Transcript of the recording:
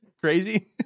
crazy